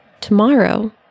tomorrow